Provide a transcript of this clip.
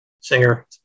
singer